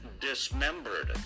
dismembered